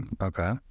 Okay